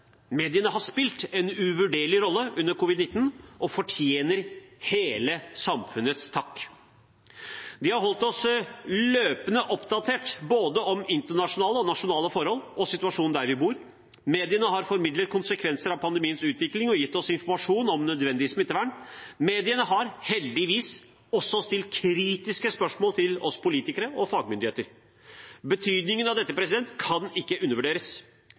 Mediene har spilt en uvurderlig rolle under covid-19 og fortjener hele samfunnets takk. De har holdt oss løpende oppdatert om både internasjonale og nasjonale forhold og situasjonen der vi bor. Mediene har formidlet konsekvenser av pandemiens utvikling og gitt oss informasjon om nødvendig smittevern. Mediene har – heldigvis – også stilt kritiske spørsmål til oss politikere og fagmyndigheter. Betydningen av dette kan ikke undervurderes.